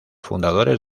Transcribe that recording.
fundadores